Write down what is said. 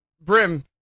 Brim